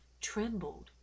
trembled